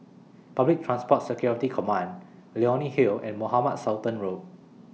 Public Transport Security Command Leonie Hill and Mohamed Sultan Road